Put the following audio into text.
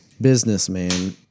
businessman